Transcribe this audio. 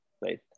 right